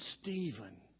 Stephen